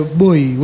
boy